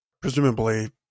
presumably